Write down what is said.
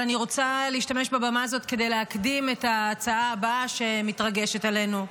אבל אני רוצה להשתמש בבמה הזאת כדי להקדים את ההצעה הבאה שמתרגשת עלינו.